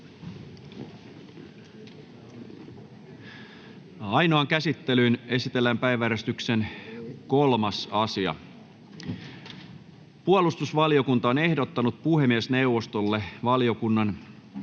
Ainoaan käsittelyyn esitellään päiväjärjestyksen 3. asia. Puolustusvaliokunta on ehdottanut puhemiesneuvostolle valiokunnan